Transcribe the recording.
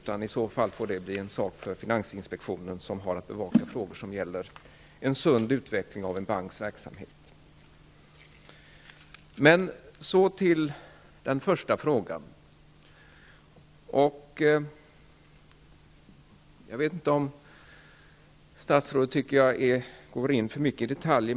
I så fall får det bli en sak för finansinspektionen, som har att bevaka frågor som gäller en sund utveckling av en banks verksamhet. Så till den första frågan. Statsrådet tycker kanske att jag går in för mycket på detaljer.